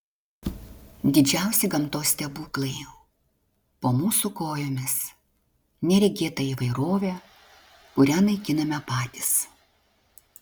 didžiausi gamtos stebuklai po mūsų kojomis neregėta įvairovė kurią naikiname patys